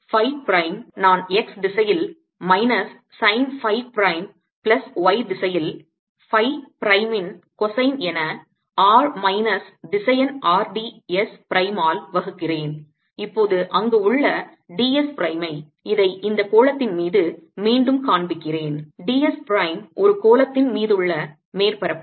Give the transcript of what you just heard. Phi prime நான் x திசையில் minus sine phi prime plus y திசையில் phi பிரைமின் கோசைன் என r மைனஸ் திசையன் R d s பிரைமால் வகுக்கிறேன் இப்போது அங்கு உள்ள d s பிரைமை இதை இந்த கோளத்தின் மீது மீண்டும் காண்பிக்கிறேன் d s பிரைம் ஒரு கோளத்தின் மீதுள்ள மேற்பரப்பு